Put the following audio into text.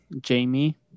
Jamie